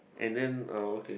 and then uh okay